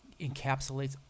encapsulates